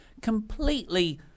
completely